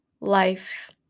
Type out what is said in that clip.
life